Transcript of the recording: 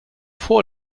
vor